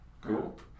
cool